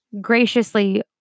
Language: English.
graciously